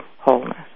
wholeness